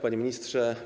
Panie Ministrze!